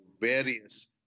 various